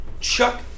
chuck